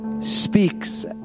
speaks